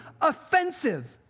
offensive